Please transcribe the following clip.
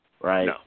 right